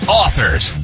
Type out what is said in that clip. authors